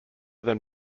them